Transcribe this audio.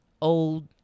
old